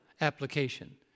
application